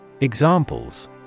Examples